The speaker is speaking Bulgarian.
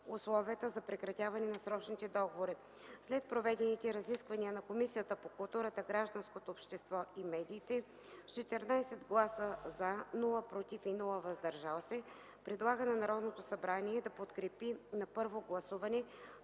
за прекратяване на срочните договори. След проведените разисквания Комисията по културата, гражданското общество и медиите с 14 гласа „за”, без „против” и „въздържали се” предлага на Народното събрание да подкрепи на първо гласуване